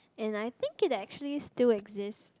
and I think it actually still exist